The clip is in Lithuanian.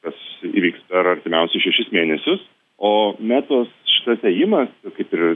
kas įvyks per artimiausius šešis mėnesius o metos šitas ėjimas kaip ir